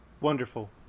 Wonderful